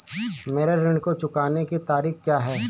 मेरे ऋण को चुकाने की तारीख़ क्या है?